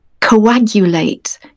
coagulate